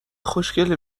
خوشکله